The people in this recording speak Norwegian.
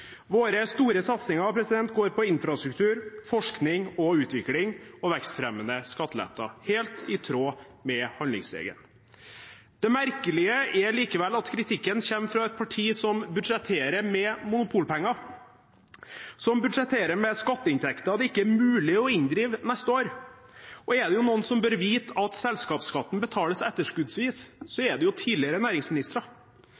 Våre store satsinger går på infrastruktur, forskning og utvikling og vekstfremmende skatteletter – helt i tråd med handlingsregelen. Det merkelige er likevel at kritikken kommer fra et parti som budsjetterer med monopolpenger, som budsjetterer med skatteinntekter det ikke er mulig å inndrive neste år. Og er det noen som bør vite at selskapsskatten betales etterskuddsvis, er det tidligere næringsministre.